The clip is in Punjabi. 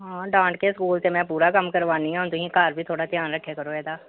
ਹਾਂ ਡਾਂਟ ਕੇ ਸਕੂਲ 'ਚ ਮੈਂ ਪੂਰਾ ਕੰਮ ਕਰਵਾਉਂਦੀ ਹੁਣ ਤੁਸੀਂ ਘਰ ਵੀ ਥੋੜ੍ਹਾ ਧਿਆਨ ਰੱਖਿਆ ਕਰੋ ਇਹਦਾ